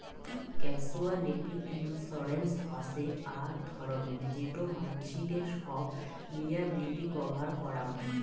casualty insurance হসে আক ধরণের যেটো মানসিদের সব লিয়াবিলিটি কভার করাং